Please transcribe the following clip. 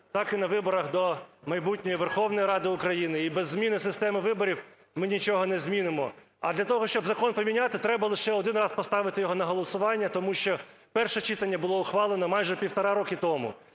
так і на виборах до майбутньої Верховної Ради України. І без зміни системи виборів ми нічого не змінимо. А для того, щоб закон поміняти, треба лише один раз поставити його на голосування, тому що перше читання було ухвалено майже півтора роки тому.